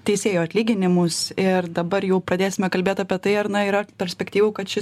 teisėjų atlyginimus ir dabar jau pradėsime kalbėt apie tai ar na yra perspektyvų kad ši